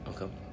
Okay